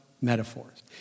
metaphors